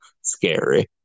scary